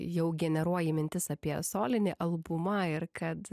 jau generuoji mintis apie solinį albumą ir kad